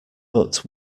but